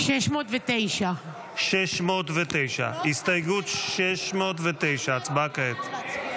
609. הסתייגות 609, הצבעה כעת.